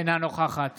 אינה נוכחת